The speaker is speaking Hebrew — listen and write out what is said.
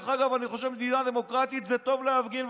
אני חושב שבמדינה דמוקרטית זה טוב להפגין,